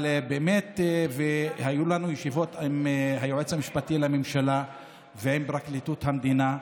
אבל באמת היו לנו ישיבות עם היועץ המשפטי לממשלה ועם פרקליטות המדינה,